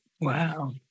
Wow